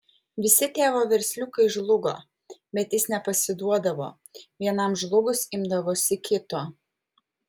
visi tėvo versliukai žlugo bet jis nepasiduodavo vienam žlugus imdavosi kito